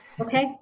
Okay